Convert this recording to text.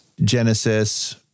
Genesis